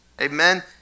Amen